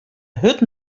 hurd